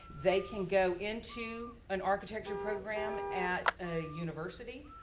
they can go into an architecture program at a university,